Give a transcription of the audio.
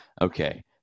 Okay